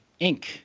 Inc